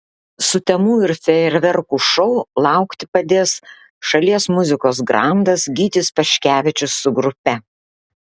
sutemų ir fejerverkų šou laukti padės šalies muzikos grandas gytis paškevičius su grupe